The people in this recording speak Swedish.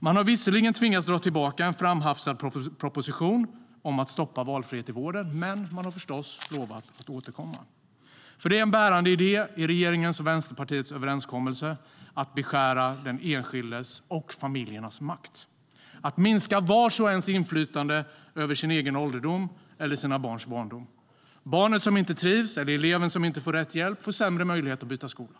Man har visserligen tvingats dra tillbaka en framhafsad proposition om att stoppa valfrihet i vården, men man har förstås lovat att återkomma. Barnet som inte trivs eller eleven som inte får rätt hjälp får sämre möjlighet att byta skola.